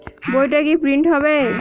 বইটা কি প্রিন্ট হবে?